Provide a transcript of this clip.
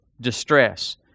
distress